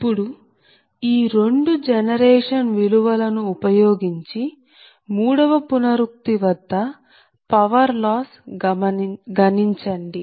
ఇప్పుడు ఈ రెండు జనరేషన్ విలువల ను ఉపయోగించి మూడవ పునరుక్తి వద్ద పవర్ లాస్ గణించండి